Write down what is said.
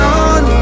on